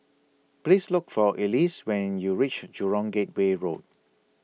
Please Look For Elyse when YOU REACH Jurong Gateway Road